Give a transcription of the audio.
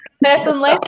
personally